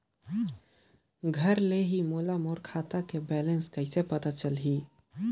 घर ले ही मोला मोर खाता के बैलेंस कइसे पता चलही?